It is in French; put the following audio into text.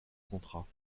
contrats